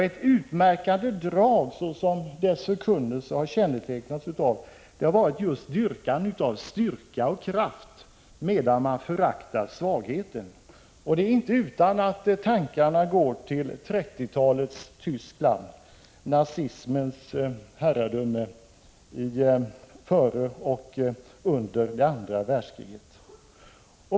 Ett utmärkande drag för denna förkunnelse har varit just dyrkan av styrka och kraft, medan man föraktar svagheten. Det är inte utan att tankarna går till 1930-talets Tyskland, nazismens herradöme före och under det andra världskriget.